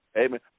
Amen